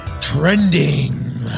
trending